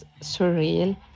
surreal